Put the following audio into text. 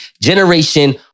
Generation